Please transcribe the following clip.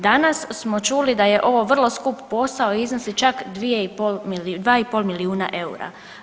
Danas smo čuli da je ovo vrlo skup posao i iznosi čak 2,5 milijuna eura.